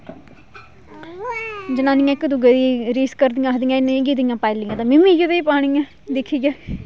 जनानियां इक दूए दी रीस करदियां आक्खदियां उनें एह् जेहियां पाई लेईया ते में बी इयो जेही पानी ऐ दिक्खियै